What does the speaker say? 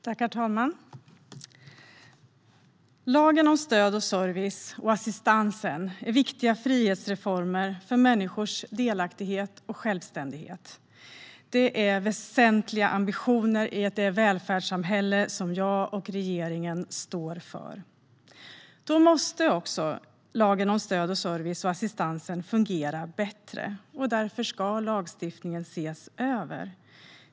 Herr talman! Lagen om stöd och service och lagen om assistans är viktiga frihetsreformer för människors delaktighet och självständighet. Det är väsentliga ambitioner i ett välfärdssamhälle som jag och regeringen står för. Då måste också lagen om stöd och service och lagen om assistans fungera bättre. Därför ska lagstiftningarna ses över.